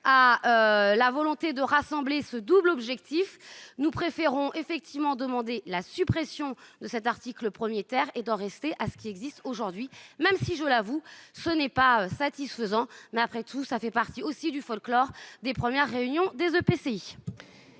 à la volonté d'atteindre ce double objectif. Nous préférons donc demander la suppression de cet article 1 et en rester à ce qui existe aujourd'hui, même si, je l'avoue, ce n'est pas satisfaisant. Après tout, cela fait aussi partie du folklore des premières réunions des EPCI